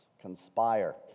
conspire